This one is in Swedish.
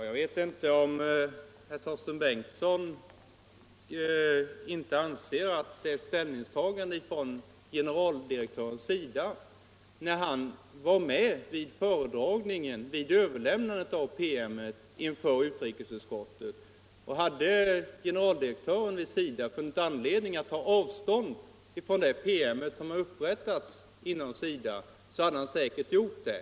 Herr talman! Herr Torsten Bengtson kanske inte anser att det är ett ställningstagande av generaldirektören för SIDA fastän han var med vid föredragningen inför utrikesutskottet och överlämnandet av denna PM. Hade generaldirektören för SIDA funnit anledning att ta avstånd från den promemoria som hade upprättats inom SIDA, hade han säkert gjort det.